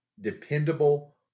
dependable